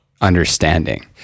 understanding